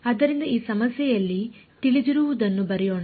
ಆದ್ದರಿಂದ ಈ ಸಮಸ್ಯೆಯಲ್ಲಿ ತಿಳಿದಿರುವದನ್ನು ಬರೆಯೋಣ